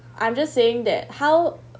I'm just saying that how